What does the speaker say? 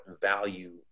value